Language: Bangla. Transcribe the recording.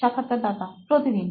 সাক্ষাৎকারদাতা প্রতিদিন